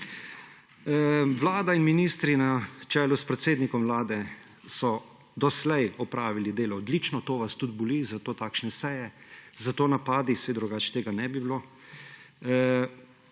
Vlada in ministri na čelu s predsednikom Vlade so doslej opravili delo odlično, to vas tudi boli, zato takšne seje, zato napadi, saj drugače tega ne bi bilo.